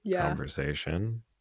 conversation